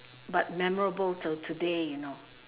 but memorable till today you know